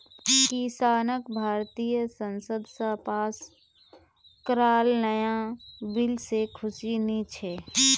किसानक भारतीय संसद स पास कराल नाया बिल से खुशी नी छे